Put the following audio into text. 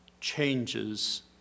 changes